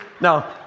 no